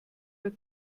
der